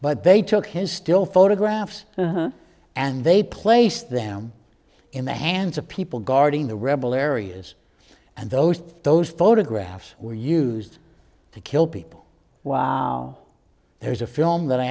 but they took his still photographs and they placed them in the hands of people guarding the rebel areas and those those photographs were used to kill people wow there's a film that i